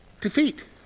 defeat